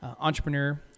entrepreneur